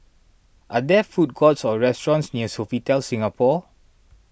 are there food courts or restaurants near Sofitel Singapore